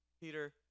Peter